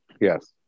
Yes